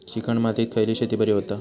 Chicken मातीत खयली शेती बरी होता?